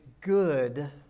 good